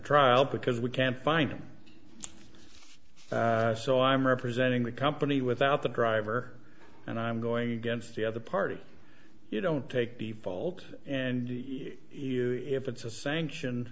trial because we can't find them so i'm representing the company without the driver and i'm going against the other party you don't take the fault and you if it's a sanction